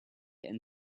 and